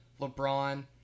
LeBron